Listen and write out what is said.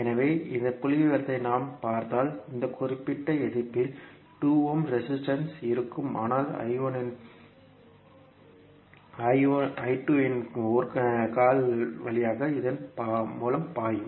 எனவே இந்த புள்ளிவிவரத்தை நான் பார்த்தால் இந்த குறிப்பிட்ட எதிர்ப்பில் 2 ஓம் ரெசிஸ்டன்ஸ் இருக்கும் ஆனால் இன் ஒரு கால் கூட இதன் மூலம் பாயும்